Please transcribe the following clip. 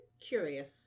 curious